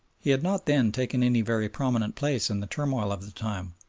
he had not then taken any very prominent place in the turmoil of the time,